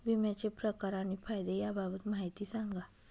विम्याचे प्रकार आणि फायदे याबाबत माहिती सांगा